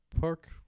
park